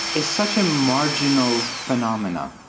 is such a marginal phenomena.